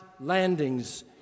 landings